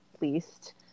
least